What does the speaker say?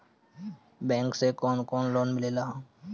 Bank से कौन कौन लोन मिलेला?